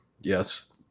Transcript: yes